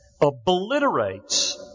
obliterates